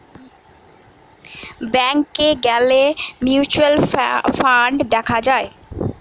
ব্যাংকে গ্যালে mutual fund দেখা যায়